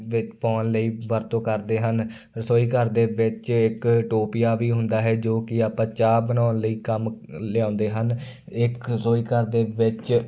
ਵਿੱਚ ਪਾਉਣ ਲਈ ਵਰਤੋਂ ਕਰਦੇ ਹਨ ਰਸੋਈ ਘਰ ਦੇ ਵਿੱਚ ਇੱਕ ਟੋਪੀਆ ਵੀ ਹੁੰਦਾ ਹੈ ਜੋ ਕਿ ਆਪਾਂ ਚਾਹ ਬਣਾਉਣ ਲਈ ਕੰਮ ਲਿਆਉਂਦੇ ਹਨ ਇੱਕ ਰਸੋਈ ਘਰ ਦੇ ਵਿੱਚ